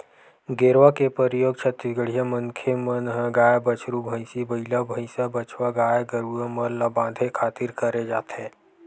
गेरवा के परियोग छत्तीसगढ़िया मनखे मन ह गाय, बछरू, भंइसी, बइला, भइसा, बछवा गाय गरुवा मन ल बांधे खातिर करे जाथे